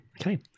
okay